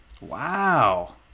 wow